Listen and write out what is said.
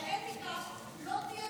כי האתיקה לא תהיה